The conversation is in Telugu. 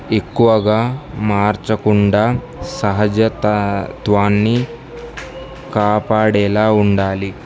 ఎక్కువగా మార్చకుండా సహజ తత్వాన్ని కాపాడేలా ఉండాలి